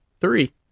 three